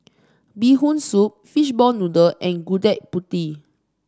Bee Hoon Soup Fishball Noodle and Gudeg Putih